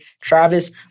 Travis